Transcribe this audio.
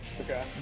Okay